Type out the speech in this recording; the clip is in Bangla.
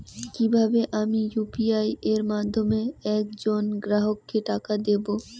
কিভাবে আমি ইউ.পি.আই এর মাধ্যমে এক জন গ্রাহককে টাকা দেবো?